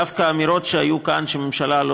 דווקא האמירות שהיו כאן שהממשלה לא